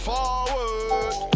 Forward